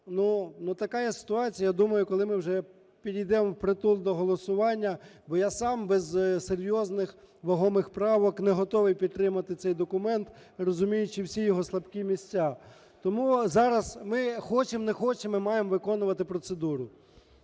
ну, така є ситуація. Я думаю, коли ми вже підійдемо впритул до голосування, бо я сам без серйозних вагомих правок не готовий підтримати цей документ, розуміючи всі його слабкі місця. Тому зараз ми хочемо, не хочемо – ми маємо виконувати процедуру.